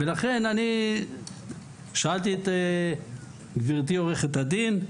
לכן שאלתי את גבירתי, עורכת הדין,